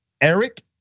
Eric